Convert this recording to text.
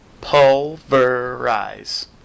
Pulverize